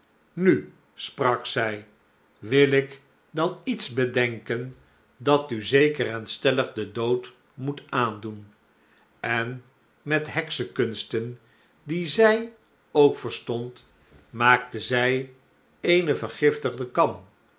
nu sprak zij wil ik dan iets bedenken dat u zeker en stellig den dood moet aandoen en met heksenkunsten die zij ook verstond maakte zij eene vergiftigde kam